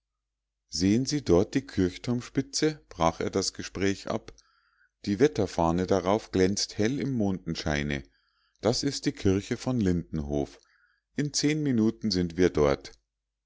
sehen sie dort die kirchturmspitze brach er das gespräch ab die wetterfahne darauf glänzt hell im mondenscheine das ist die kirche von lindenhof in zehn minuten sind wir dort